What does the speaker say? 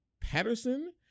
Patterson